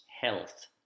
health